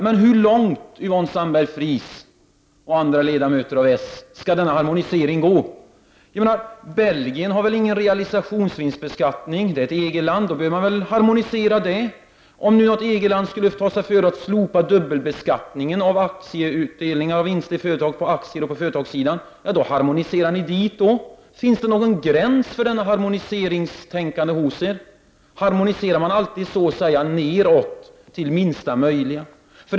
Men hur långt, Yvonne Sandberg-Fries och andra s-ledamöter, skall denna harmonisering gå? Belgien har ingen realisationsvinstbeskattning. Det är ett EG-land, och då bör man väl harmonisera? Om något EG land skulle slopa dubbelbeskattningen av aktieutdelningar och vinster på företagssidan, då bör ni väl harmonisera också i det sammanhanget? Finns det någon gräns för detta harmoniseringstänkande hos er? Harmoniserar man alltid så att säga neråt till det minsta möjliga?